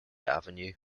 avenue